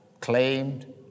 claimed